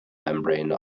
membrane